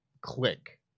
click